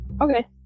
Okay